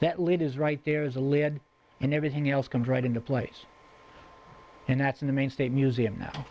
lead is right there is a lid and everything else comes right into place and that's in the main state museum now